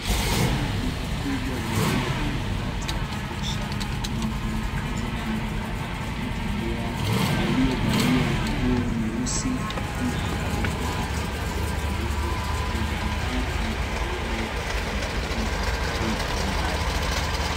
Duka kubwa lililo na mwangaza wa kutosha na mfanyakazi anayeonekana akitembea, aliyevalia nguo nyeusi na bidhaa kadhaa zinazouzwa na nambari mia mbili arobaini inaonekana kwa mbali.